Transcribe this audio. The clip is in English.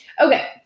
Okay